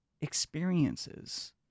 experiences